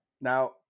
Now